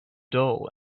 dull